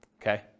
Okay